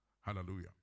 Hallelujah